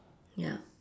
ya